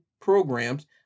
programs